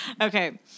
Okay